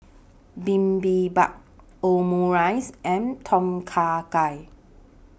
Bibimbap Omurice and Tom Kha Gai